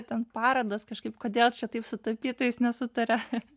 ten parodos kažkaip kodėl čia taip su tapytojais nesutaria